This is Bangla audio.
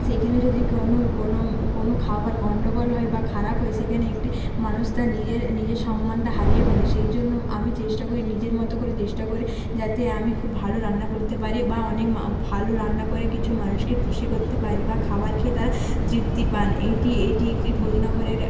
সেইখানে যদি কোনও কোনও কোনও খাবার গণ্ডগোল হয় বা খারাপ হয় সেখানে একটি মানুষ তার নিজের নিজের সম্মানটা হারিয়ে ফেলে সেই জন্য আমি চেষ্টা করি নিজের মতো করে চেষ্টা করি যাতে আমি খুব ভালো রান্না করতে পারি বা অনেক ভালো রান্না করে কিছু মানুষকে খুশি করতে পারি বা খাবার খেয়ে তারা তৃপ্তি পান এটি এটি একটি ভোজনা ঘরের